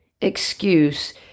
excuse